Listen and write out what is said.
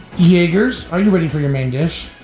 yeagers, are you ready for your main dish?